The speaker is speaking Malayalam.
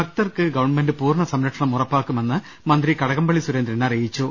ഭക്തർക്ക് ഗവൺമെന്റ് പൂർണ്ണ സുരക്ഷ ഉറപ്പാക്കുമെന്ന് മന്ത്രി കടകം പള്ളി സുരേന്ദ്രൻ അറിയിച്ചു